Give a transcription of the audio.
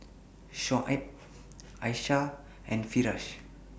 Shoaib Aisyah and Firash